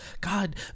God